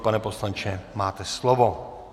Pane poslanče, máte slovo.